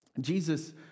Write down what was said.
Jesus